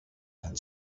and